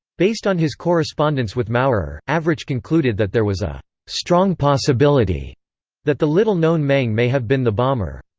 based on his correspondence with maurer, avrich concluded that there was a strong possibility that the little-known meng may have been the bomber.